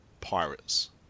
Pirates